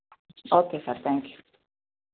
okay sir thank you